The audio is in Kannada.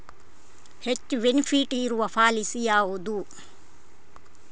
ಹೆಚ್ಚು ಬೆನಿಫಿಟ್ ಇರುವ ಪಾಲಿಸಿ ಯಾವುದು?